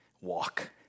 walk